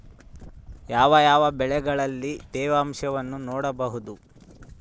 ಯಾವ ಯಾವ ಬೆಳೆಗಳಲ್ಲಿ ತೇವಾಂಶವನ್ನು ನೋಡಬಹುದು?